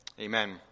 Amen